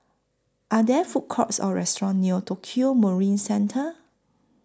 Are There Food Courts Or restaurants near Tokio Marine Centre